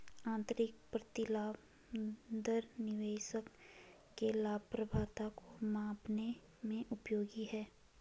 आंतरिक प्रतिलाभ दर निवेशक के लाभप्रदता को मापने में उपयोगी है